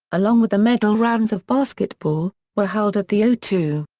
along with the medal rounds of basketball, were held at the o two.